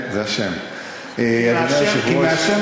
אז אפשר לקרוא לי שמואל.